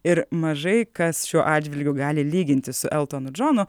ir mažai kas šiuo atžvilgiu gali lygintis su eltonu džonu